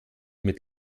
mit